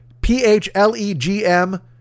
P-H-L-E-G-M